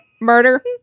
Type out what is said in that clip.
Murder